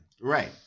Right